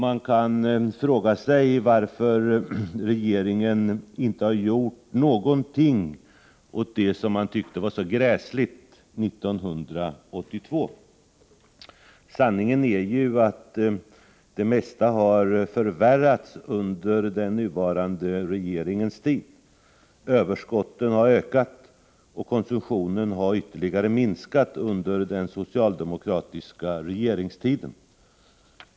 Man kan fråga sig varför regeringen inte har gjort någonting åt det som man tyckte var så gräsligt 1982. Sanningen är ju att det mesta har förvärrats under den nuvarande regeringens tid. Överskotten har ökat, och konsumtionen har ytterligare minskat under den socialdemokratiska regeringstiden.